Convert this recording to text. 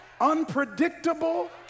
unpredictable